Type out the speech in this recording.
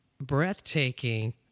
breathtaking